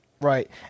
Right